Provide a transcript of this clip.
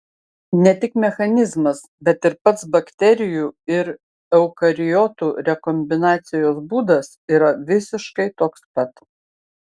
ne tik mechanizmas bet ir pats bakterijų ir eukariotų rekombinacijos būdas yra visiškai toks pat